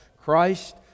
Christ